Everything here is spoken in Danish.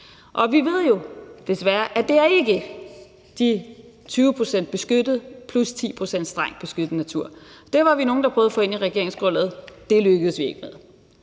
Og vi ved jo desværre, at den ikke er de 20 pct. beskyttet plus 10 pct. strengt beskyttet natur. Det var vi nogle, der prøvede at få ind i regeringsgrundlaget – det lykkedes vi ikke med.